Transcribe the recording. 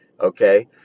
okay